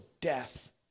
death